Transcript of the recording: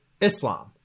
Islam